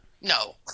No